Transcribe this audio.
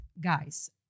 guys